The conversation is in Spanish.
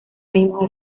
mismos